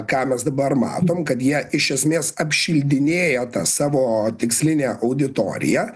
ką mes dabar matom kad jie iš esmės apšildinėja tą savo tikslinę auditoriją